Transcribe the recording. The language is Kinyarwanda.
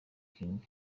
king